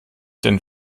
denn